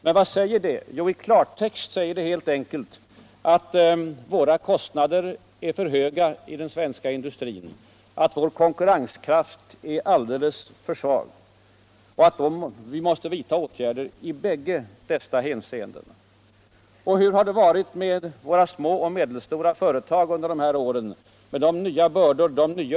Men vad säger det? Jo, i klartext helt enkelt att kostnaderna i den svenska industrin är för höga och att vår konkurrenskrafi är alldeles för svag. Vi måste vidta åtgärder i båda dessa hänscenden. Hur har läget varit för våra små och medelstora företag under dessa år med de nva bördor.